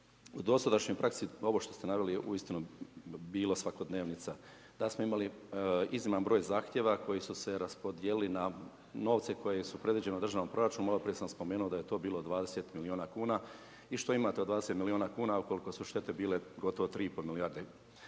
U dosadašnjoj praksi, ovo što ste naveli je uistinu bila svakodnevnica, da smo imali izniman broj zahtjeva koji su se raspodijelili na novce, koji su predviđeni u državnom proračunu, maloprije sam spomenuo da je to bilo 20 milijuna kuna i što imate od 20 milijuna kuna ukoliko su štete bili gotovo 3,5 milijarde.